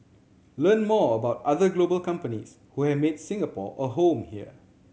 learn more about other global companies who have made Singapore a home here